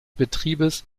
betriebes